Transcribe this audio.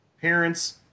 parents